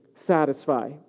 satisfy